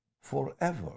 forever